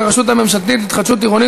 אז אתה תוכל לדבר,